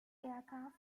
aircraft